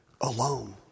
alone